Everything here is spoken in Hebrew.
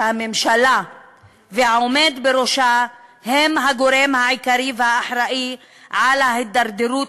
כשהממשלה והעומד בראשה הם הגורם העיקרי והאחראי להידרדרות